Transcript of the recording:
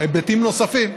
היבטים נוספים,